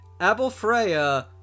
Abelfreya